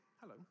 Hello